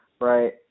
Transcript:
Right